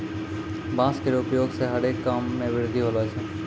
बांस केरो उपयोग सें हरे काम मे वृद्धि होलो छै